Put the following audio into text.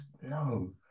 no